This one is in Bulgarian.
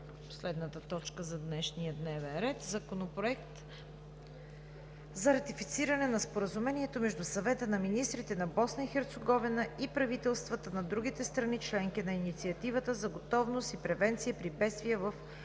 Подлагам на първо гласуване Законoпроекта за ратифициране на Споразумението между Съвета на министрите на Босна и Херцеговина и правителствата на другите страни – членки на Инициативата за готовност и превенция при бедствия в Югоизточна